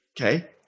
Okay